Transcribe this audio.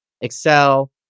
Excel